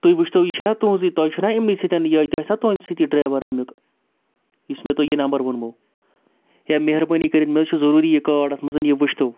تُہۍ وٕچھتو یہِ چھُنا تُہُنٛزٕے تۄہہِ چھُو نا یِمنٕے سۭتۍ یہِ تہِ آسانہ تُہٕنٛدِ سۭتی یہِ ڈرٛیوَر اَمیُک یُس مےٚ تۄہہِ یہِ نمبر ووٚنمو یا مہربٲنی کٔرِتھ مےٚ حظ چھِ ضٔروٗری یہِ کاڈ اَتھ منٛز یہِ وٕچھتو